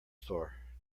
store